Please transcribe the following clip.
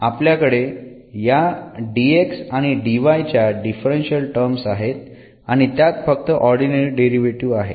आपल्याकडे या dx dy च्या डिफरन्शियल टर्म्स आहेत आणि त्यात फक्त ऑर्डीनरी डेरिव्हेटीव्ह आहे